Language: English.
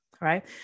right